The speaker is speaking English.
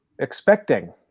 expecting